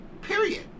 Period